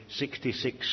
66